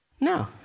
No